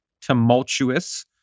tumultuous